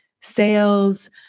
sales